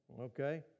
Okay